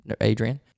Adrian